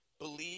believe